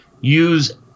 use